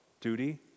duty